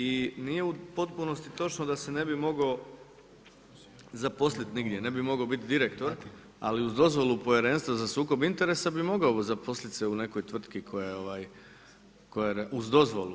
I nije u potpunosti točno da se ne bi mogao zaposliti nigdje, ne bi mogao biti direktor, ali uz dozvolu Povjerenstva za sukob interesa bi mogao zaposliti se u nekoj tvrtki uz dozvolu.